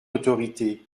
autorité